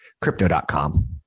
crypto.com